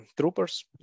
troopers